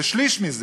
ושליש מזה,